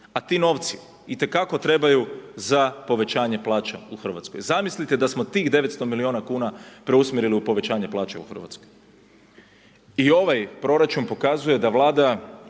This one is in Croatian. a ti novci i te kako trebaju za povećanje plaća u Hrvatskoj. Zamislite da smo tih 900 miliona kuna preusmjerili u povećanje plaća u Hrvatskoj. I ovaj proračun pokazuje da Vlada